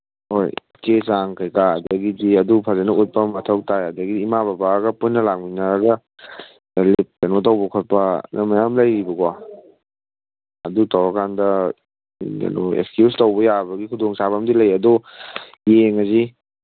ꯍꯣꯏ ꯆꯦ ꯆꯥꯡ ꯀꯩꯀꯥ ꯑꯗꯒꯤꯗꯤ ꯑꯗꯨ ꯐꯖꯅ ꯎꯠꯄ ꯑꯃ ꯃꯊꯧ ꯇꯥꯏ ꯑꯗꯒꯤ ꯏꯃꯥ ꯕꯕꯥꯒ ꯄꯨꯟꯅ ꯂꯥꯛꯃꯤꯟꯅꯔꯒ ꯂꯤꯞ ꯀꯩꯅꯣ ꯇꯧꯕ ꯈꯣꯠꯄ ꯑꯗꯨ ꯃꯌꯥꯝ ꯂꯩꯌꯦꯕꯀꯣ ꯑꯗꯨ ꯇꯧꯔꯀꯥꯟꯗ ꯑꯦꯛꯁꯀ꯭ꯌꯨꯁ ꯇꯧꯕ ꯌꯥꯕꯒꯤ ꯈꯨꯗꯣꯡꯆꯥꯕ ꯑꯃꯗꯤ ꯂꯩ ꯑꯗꯣ ꯌꯦꯡꯉꯁꯤ